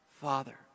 Father